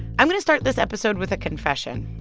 i'm going to start this episode with a confession.